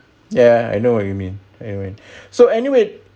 ya I know what you mean so anyway